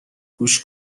گوش